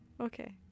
okay